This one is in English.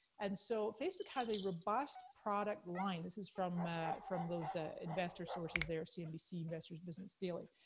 and so facebook has a robust product line, this is from from those ah investor sources there, cnbc, investor's business daily.